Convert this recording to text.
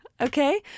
Okay